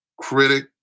critic